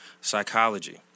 psychology